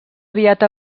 aviat